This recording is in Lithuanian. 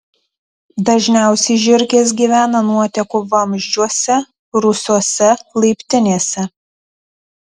dažniausiai žiurkės gyvena nuotekų vamzdžiuose rūsiuose laiptinėse